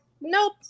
nope